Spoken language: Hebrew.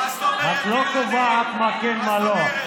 את לא קובעת מה כן ומה לא.